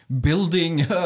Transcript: building